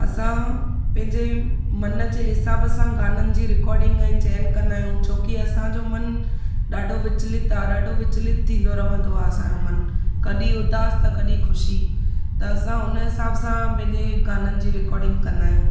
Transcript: असां पंहिंजे मन जे हिसाब सां गाननि जी रिकॉर्डिंग जा चयन कंदा आहियूं छो की असांजो मनु ॾाढो विचलित आहे ॾाढो विचलित थींदो रहंदो आहे असांजो मनु कॾी उदास त कॾी ख़ुशी त असां उन हिसाब सां पंहिंजे गाननि जी रिकॉर्डिंग कंदा आहियूं